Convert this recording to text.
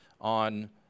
on